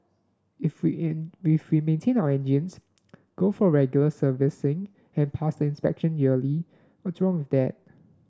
if we if we maintain our engines go for regular servicing and pass the inspection yearly what's wrong that